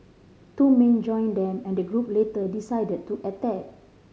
two men joined them and the group later decided to attack